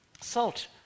Salt